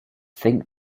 think